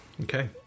Okay